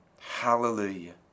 Hallelujah